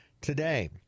today